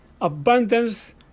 abundance